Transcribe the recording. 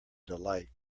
delight